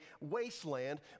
wasteland